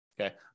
Okay